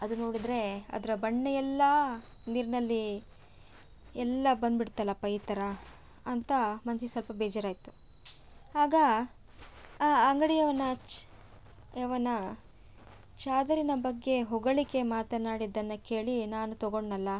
ಅದು ನೋಡಿದರೆ ಅದರ ಬಣ್ಣ ಎಲ್ಲ ನೀರಿನಲ್ಲಿ ಎಲ್ಲ ಬಂದುಬಿಡ್ತಲ್ಲಪ್ಪ ಈ ಥರ ಅಂತ ಮನ್ಸಿಗೆ ಸ್ವಲ್ಪ ಬೇಜರಾಯಿತು ಆಗ ಆ ಅಂಗಡಿಯವನ ಯವನ ಚಾದರಿನ ಬಗ್ಗೆ ಹೊಗಳಿಕೆ ಮಾತನಾಡಿದ್ದನ್ನು ಕೇಳಿ ನಾನು ತೊಗೊಂಡೆನಲ್ಲ